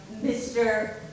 Mr